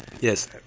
Yes